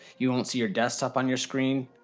you won't see your desktop on your screen,